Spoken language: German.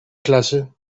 klasse